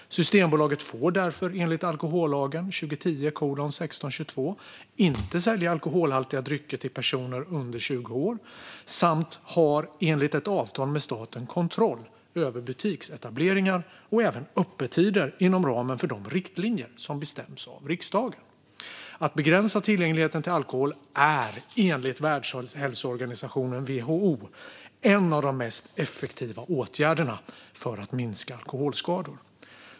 Systembolaget får därför enligt alkohollagen inte sälja alkoholhaltiga drycker till personer under 20 år och har enligt ett avtal med staten kontroll över butiksetableringar och även öppettider inom ramen för de riktlinjer som bestäms av riksdagen. Att begränsa tillgängligheten till alkohol är enligt Världshälsoorganisationen, WHO, en av de mest effektiva åtgärderna för att minska alkoholskador.